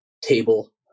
table